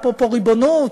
אפרופו ריבונות,